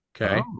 Okay